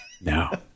no